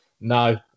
No